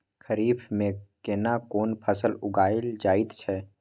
खरीफ में केना कोन फसल उगायल जायत छै?